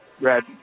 red